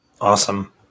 awesome